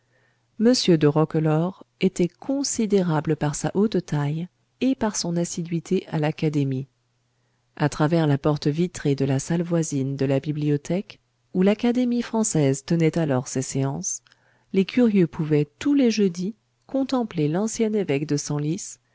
m de roquelaure était considérable par sa haute taille et par son assiduité à l'académie à travers la porte vitrée de la salle voisine de la bibliothèque où l'académie française tenait alors ses séances les curieux pouvaient tous les jeudis contempler l'ancien évêque de senlis